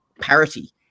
parity